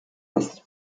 ist